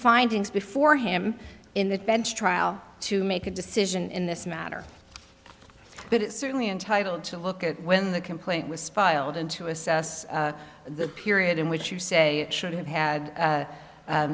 findings before him in the bench trial to make a decision in this matter but it's certainly entitled to look at when the complaint was filed and to assess the period in which you say should have had